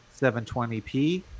720p